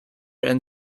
and